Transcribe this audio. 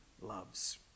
loves